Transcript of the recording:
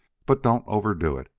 but don't overdo it,